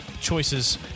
choices